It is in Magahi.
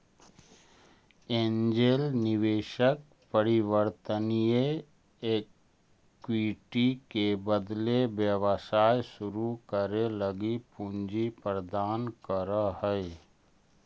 एंजेल निवेशक परिवर्तनीय इक्विटी के बदले व्यवसाय शुरू करे लगी पूंजी प्रदान करऽ हइ